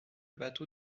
bateau